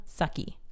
sucky